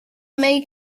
make